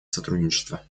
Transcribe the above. сотрудничество